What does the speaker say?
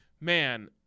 man